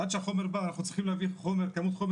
עד שהחומר מגיע אנחנו צריכים להביא כמות חומר